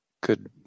good